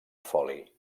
foli